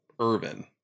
Irvin